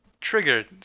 triggered